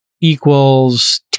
equals